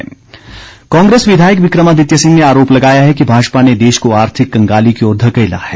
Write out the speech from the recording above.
विक्रमादित्य सिंह कांग्रेस विधायक विक्रमादित्य सिंह ने आरोप लगाया है कि भाजपा ने देश को आर्थिक कंगाली की ओर धकेला है